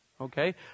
Okay